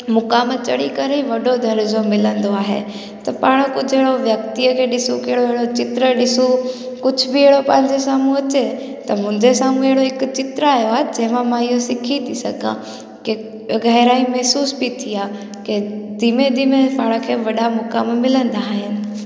मुक़ामु चढ़ी करे वॾो दर्जो मिलंदो आहे त पाण कुझु अहिड़ो व्यक्तिअ खे ॾिसूं कहिड़ो अहिड़ो चित्र ॾिसूं कुझु बि अहिड़ो पंहिंजे साम्हूं अचे त मुंहिंजे साम्हूं अहिड़ो हिकु चित्र आयो आहे जहिंमां मां इहो सिखी थी सघां की गहराई महिसूस बि थी आहे की धीमे धीमे पाण खे वॾा मुक़ामु मिलंदा आहिनि